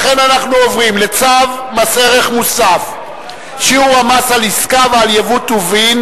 לכן אנחנו עוברים לצו מס ערך מוסף (שיעור המס על עסקה ועל יבוא טובין)